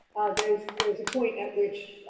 there is is a point at which